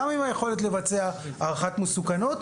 גם עם היכולת לבצע הערכת מסוכנות.